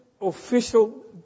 official